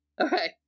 Okay